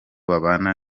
babana